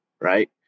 right